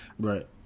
Right